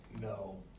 No